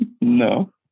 No